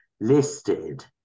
listed